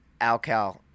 Alcal